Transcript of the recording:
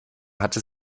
hatte